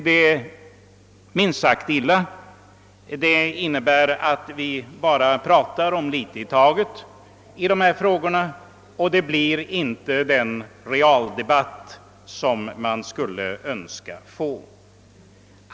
Det är minst sagt illa; det innebär att vi bara resonerar om litet i taget när det gäller dessa frågor och inte får den realdebatt som vore önskvärd.